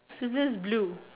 similar as blue